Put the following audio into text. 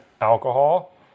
alcohol